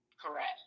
Correct